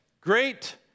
great